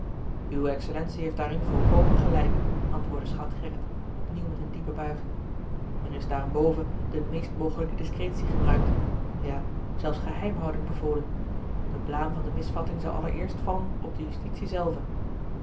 uwe excellentie heeft daarin volkomen gelijk antwoordde schout gerrit opnieuw met eene diepe buiging er is daarenboven de meest mogelijke discretie gebruikt ja zelfs geheimhouding bevolen de blaam van de misvatting zou allereerst vallen op de justitie zelve